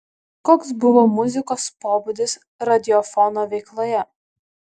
koks buvo muzikos pobūdis radiofono veikloje